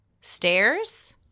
Stairs